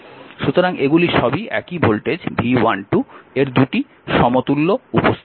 সুতরাং এগুলি সবই একই ভোল্টেজ V12 এর দুটি সমতুল্য উপস্থাপনা